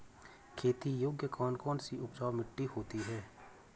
खेती योग्य कौन कौन सी उपजाऊ मिट्टी होती है?